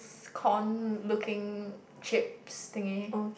s~ corn looking chips thingy